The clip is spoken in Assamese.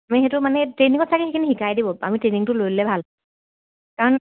আমি সেইটো মানে ট্ৰেইনিঙত চাগে সেইখিনি শিকাই দিব আমি ট্ৰেইনিংটো লৈ ল'লে ভাল কাৰণ